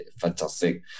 fantastic